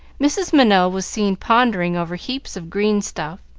mrs. minot was seen pondering over heaps of green stuff,